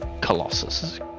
Colossus